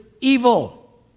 evil